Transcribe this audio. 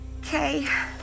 Okay